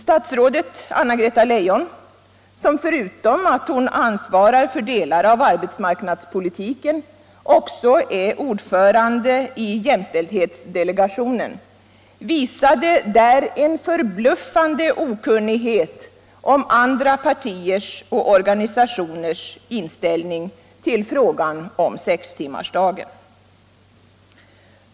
Statsrådet Anna-Greta Leijon, som förutom att hon ansvarar för delar av arbetsmarknadspolitiken också är ordförande i jämställdhetsdelegationen, visade där en förbluffande okunnighet om andra partiers och organisationers inställning till frågan om sextimmarsdagen.